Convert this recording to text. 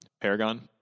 Paragon